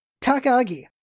Takagi